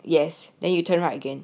yes then you turn right again